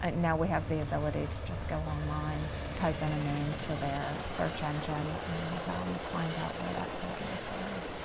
ah now we have the ability to just go online, type in a name to their search engine and find out where that soldier is buried.